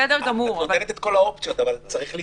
להמשיך לחיות, להתקמבץ.